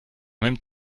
même